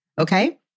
okay